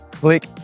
click